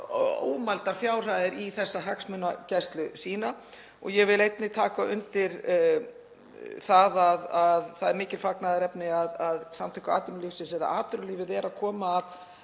ómældar fjárhæðir í þá hagsmunagæslu sína. Ég vil einnig taka undir það að það er mikið fagnaðarefni að Samtök atvinnulífsins eða atvinnulífið sé nú að koma með